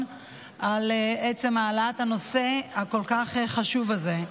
על עצם העלאת הנושא הכל-כך חשוב הזה.